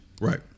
right